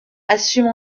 assume